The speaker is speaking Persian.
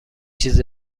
چیز